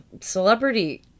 celebrity